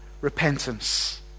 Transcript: repentance